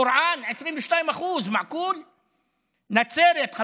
טורעאן, 22%, הגיוני?